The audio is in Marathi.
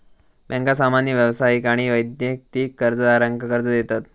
बँका सामान्य व्यावसायिक आणि वैयक्तिक कर्जदारांका कर्ज देतत